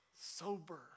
sober